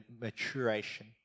maturation